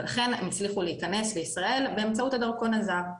ולכן הם הצליחו להיכנס לישראל באמצעות הדרכון הזר.